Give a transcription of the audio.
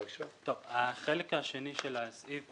טוב, החלק השני של הסעיף